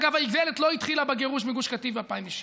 אגב, האיוולת לא התחילה בגירוש מגוש קטיף ב-2006.